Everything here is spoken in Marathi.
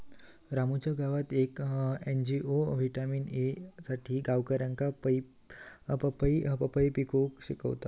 रामूच्या गावात येक एन.जी.ओ व्हिटॅमिन ए साठी गावकऱ्यांका पपई पिकवूक शिकवता